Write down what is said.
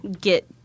get